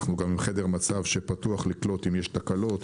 אנחנו גם חדר מצב שפתוח לקלוט אם יש תקלות,